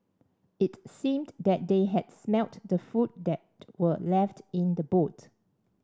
it seemed that they had smelt the food that were left in the boot